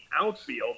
outfield